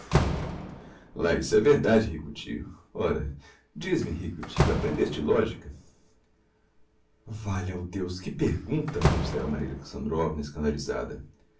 lá isso é verdade rico tio ora dize-me rico tio aprendeste logica valha-o deus que pergunta observa maria alexandrovna escandalizada